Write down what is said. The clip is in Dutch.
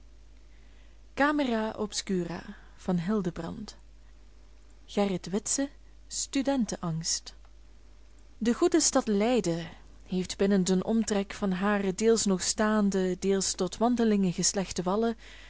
gerrit witse studentenangst de goede stad leiden heeft binnen den omtrek van hare deels nog staande deels tot wandelingen geslechte wallen